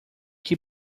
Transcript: que